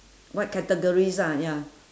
what categories ah ya